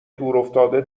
دورافتاده